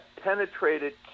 penetrated